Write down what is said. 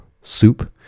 soup